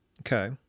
Okay